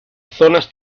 zonas